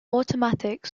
automatic